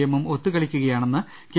എമ്മും ഒത്തുകളിക്കു കയാണെന്ന് കെ